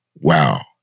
wow